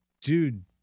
Dude